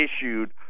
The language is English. issued